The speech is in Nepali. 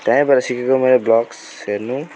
त्यहीबाट सिकेको मैले ब्लग्स हेर्नु